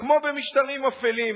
כמו במשטרים אפלים.